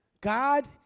God